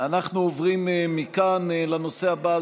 אנחנו עוברים מכאן לנושא הבא.